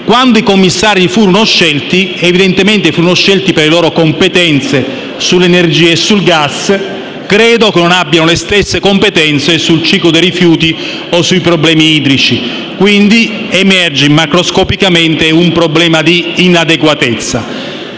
Quando i commissari furono scelti, evidentemente lo furono per le loro competenze sull'energia e sul gas. Credo non abbiano le stesse competenze sul ciclo dei rifiuti o sui problemi idrici, quindi emerge macroscopicamente un problema di inadeguatezza.